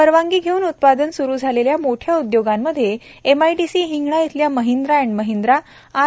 परवानगी घेऊन उत्पादन स्रू झालेल्या मोठ्या उद्योगांमध्ये एमआयडीसी हिंगणा येथील महिंद्रा अँड महिंद्रा आर